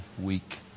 Week